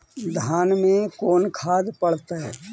धान मे कोन खाद पड़तै?